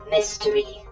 Mystery